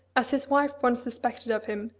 as his wife once suspected of him,